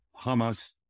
Hamas